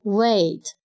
wait